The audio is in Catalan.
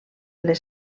les